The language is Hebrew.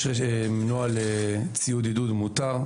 יש נוהל ציוד עידוד מותר.